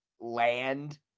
land